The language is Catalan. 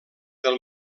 del